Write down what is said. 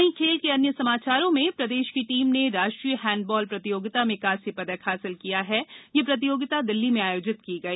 वहीं खेल के अन्य समाचारों में प्रदेश की टीम ने राष्ट्रीय हेंड बाल प्रतियोगिता में कांस्य पदक हासिल किया है यह प्रतियोगिता दिल्ली में आयोजित की गई